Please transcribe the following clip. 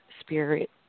spirit